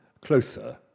closer